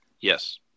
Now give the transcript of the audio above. Yes